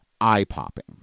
eye-popping